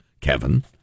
Kevin